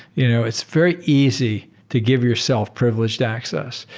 you know it's very easy to give yourself privileged access.